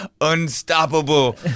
unstoppable